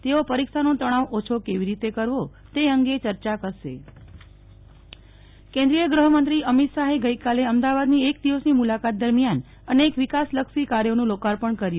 તેઓ પરીક્ષાનો તણાવ ઓછો કેવી રીતે કરવો તે અંગે ચર્ચા કરશે નેહ્લ ઠક્કર ગુ ફમંત્રી ગાંધીનગર કેન્દ્રીય ગૃહમંત્રી અમિત શાહે ગઈકાલે અમદાવાદની એક દિવસની મુલ્હાત દરમિયાન અનેક વિકાસલક્ષી કાર્યોનું લોકાર્પણ કર્યું